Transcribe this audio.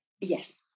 yes